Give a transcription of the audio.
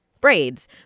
braids